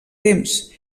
temps